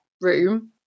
room